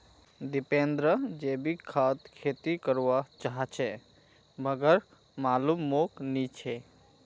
दीपेंद्र जैविक खाद खेती कर वा चहाचे मगर मालूम मोक नी छे